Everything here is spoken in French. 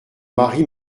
mari